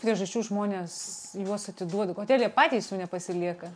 priežasčių žmonės juos atiduoda kodėl jie patys jų nepasilieka